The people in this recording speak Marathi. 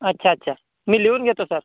अच्छा अच्छा मी लिहून घेतो सर